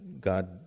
God